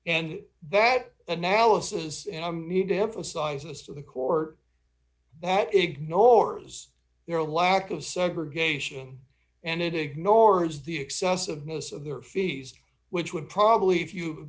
and that analysis and need to emphasize us to the court that ignores their lack of segregation and it ignores the excessiveness of their fees which would probably if you